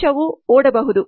ವೆಚ್ಚವು ಓಡಿಹೋಗಬಹುದು